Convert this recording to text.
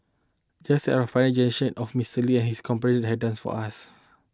just as our Pioneer Generation of Mister Lee and his compatriots have done for us